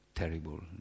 terrible